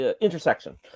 intersection